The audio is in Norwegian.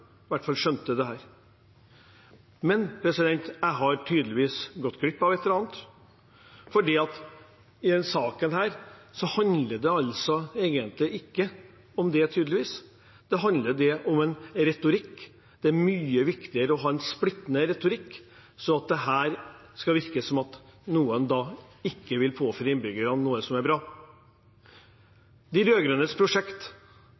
skjønte dette, men jeg har tydeligvis gått glipp av et eller annet, for i denne saken handler det egentlig ikke om det, tydeligvis. Det handler om retorikk. Det er mye viktigere å ha en splittende retorikk, slik at det skal virke som om noen ikke vil påføre innbyggerne noe som er bra. De rød-grønnes prosjekt